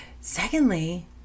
Secondly